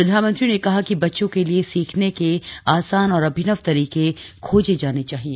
प्रधानमंत्री ने कहा कि बच्चों के लिए सीखने के आसान और अभिनव तरीके खोजे जाने चाहिए